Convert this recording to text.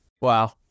Wow